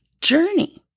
journey